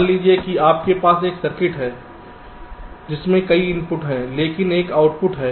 मान लीजिए कि आपके पास एक सर्किट है जिसमें कई इनपुट हैं लेकिन एक आउटपुट हैं